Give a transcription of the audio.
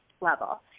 level